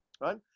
right